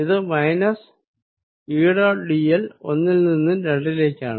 ഇത് minus E dot dl ഒന്നിൽ നിന്നും രണ്ടിലേക്കാണ്